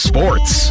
Sports